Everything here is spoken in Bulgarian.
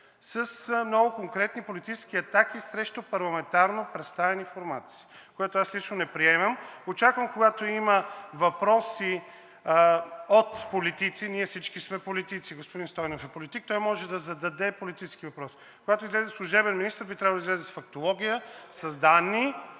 с много конкретни политически атаки срещу парламентарно представени формации, което аз лично не приемам. Очаквам, когато има въпроси от политици, ние всички сме политици, господин Стойнев е политик, той може да зададе политически въпрос. Когато излезе служебен министър, би трябвало да излезе с фактология, с данни,